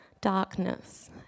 darkness